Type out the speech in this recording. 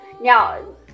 Now